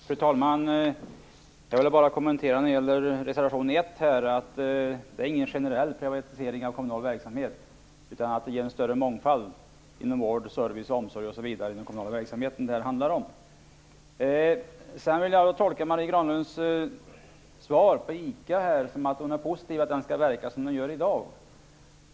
Fru talman! Reservation nr 1 handlar inte om en generell privatisering av kommunal verksamhet, utan reservationen handlar om en större mångfald inom vård, service, omsorg osv. inom den kommunala verksamheten. Jag vill nog tolka Marie Granlunds svar beträffande ICA på det sättet att hon är positiv till att man skall verka som man gör i dag.